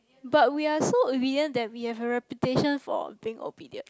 but we are so obedient that we have a reputation for being obedient